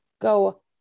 go